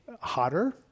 hotter